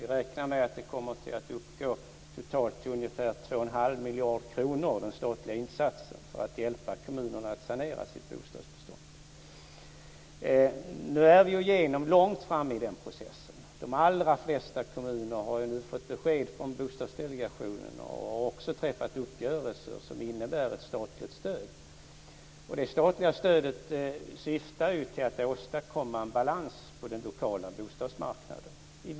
Vi räknar med att den statliga insatsen för att hjälpa kommunerna att sanera sitt bostadsbestånd totalt kommer att uppgå till ungefär 2 1⁄2 miljarder kronor. Det statliga stödet syftar till att åstadkomma en balans på den lokala bostadsmarknaden.